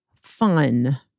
fun